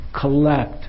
collect